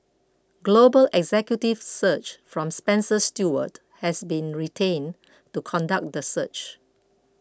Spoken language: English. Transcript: global executive search from Spencer Stuart has been retained to conduct the search